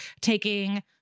taking